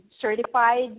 certified